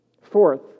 Fourth